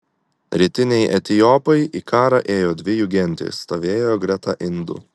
rytiniai etiopai į karą ėjo dvi jų gentys stovėjo greta indų